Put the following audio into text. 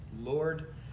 Lord